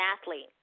athlete